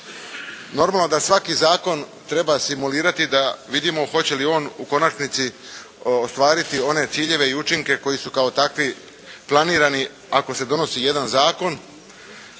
Normalno da svaki zakon treba simulirati da vidimo hoće li on u konačnici ostvariti one ciljeve i učinke koji su kao takvi planirani ako se donosi jedan zakon.